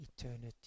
eternity